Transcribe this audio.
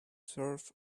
serve